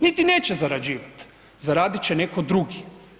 Niti neće zarađivat, zaradit će neko drugi.